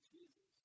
Jesus